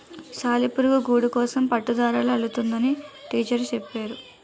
సాలిపురుగు గూడుకోసం పట్టుదారాలు అల్లుతుందని టీచరు చెప్పేరు